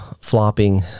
flopping